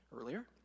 earlier